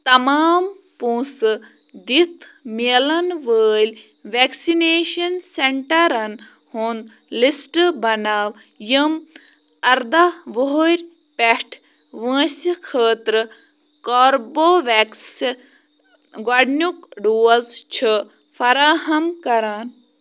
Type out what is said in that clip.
تمام پونٛسہٕ دِتھ میلَن وٲلۍ وٮ۪کسِنیشَن سٮ۪نٛٹَرَن ہُنٛد لِسٹ بناو یِم اَرداہ وُہٕرۍ پٮ۪ٹھ وٲنٛسہٕ خٲطرٕ کاربو وٮ۪کسہٕ گۄڈٕنیُک ڈوز چھِ فراہَم کران